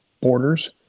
borders